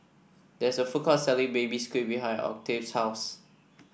there is a food court selling Baby Squid behind Octave's house